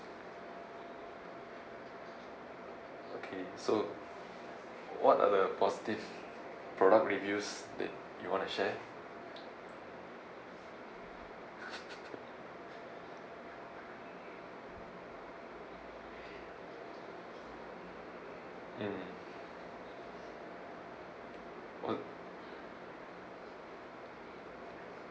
okay so what are the positive product reviews that you want to share mm what